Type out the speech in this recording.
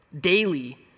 daily